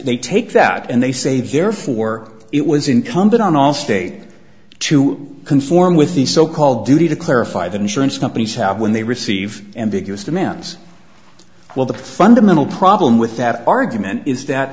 they take that and they say they're for it was incumbent on allstate to conform with the so called duty to clarify that insurance companies have when they receive ambiguous demands well the fundamental problem with that argument is that